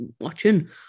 watching